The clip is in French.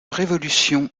révolution